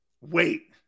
wait